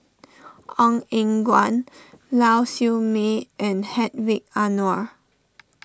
Ong Eng Guan Lau Siew Mei and Hedwig Anuar